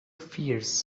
fears